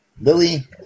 Lily